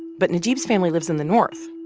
but najeeb's family lives in the north.